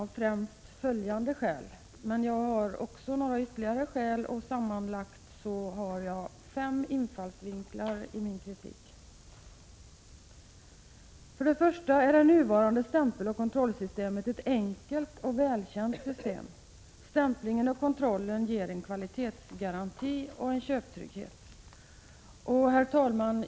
Vpk stöder motionen, och jag har sammanlagt fem infallsvinklar i min kritik av propositionen. För det första är det nuvarande stämpeloch kontrollsystemet ett enkelt och välkänt system. Stämplingen och kontrollen ger en kvalitetsgaranti och en köptrygghet.